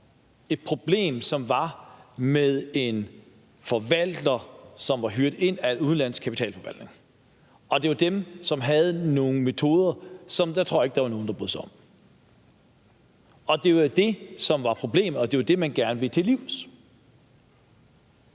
et problem, som der var med en forvalter, som var hyret af udenlandske kapitalforvaltere, og det er jo dem, som havde nogle metoder, som jeg ikke tror der var nogen der brød sig om. Det var jo det, som var problemet, og det er det, man gerne vil til livs.